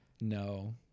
no